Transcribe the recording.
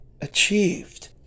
achieved